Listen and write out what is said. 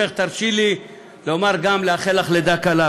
תרשי לי לאחל לך גם לידה קלה,